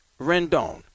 Rendon